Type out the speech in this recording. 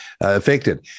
affected